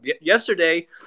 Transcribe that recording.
Yesterday